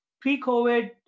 Pre-COVID